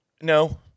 No